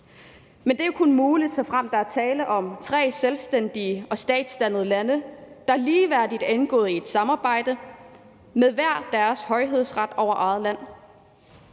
Men det er jo kun muligt, såfremt der er tale om tre selvstændige og statsdannede lande, der ligeværdigt er indgået i et samarbejde med hver deres højhedsret over eget land.